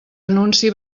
anunci